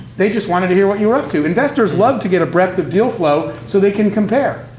they just wanted to hear what you were up to. investors love to get a breath of deal flow, so they can compare.